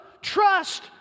trust